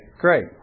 great